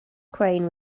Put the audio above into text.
crane